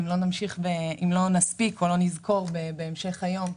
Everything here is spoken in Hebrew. אם לא נספיק או לא נזכור בהמשך היום,